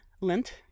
Lint